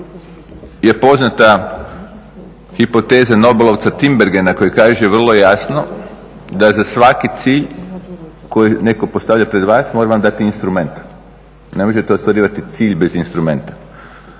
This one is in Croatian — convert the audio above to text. je poznata hipoteza nobelovca Tinbergena koji kaže vrlo jasno da za svaki cilj koji netko postavlja pred vas mora vam dati i instrument. Ne možete ostvarivati cilj bez instrumenta.